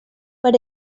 per